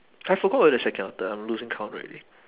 I forgot whether second or third I'm losing count already